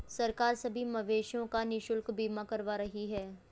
सरकार सभी मवेशियों का निशुल्क बीमा करवा रही है